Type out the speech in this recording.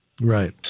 Right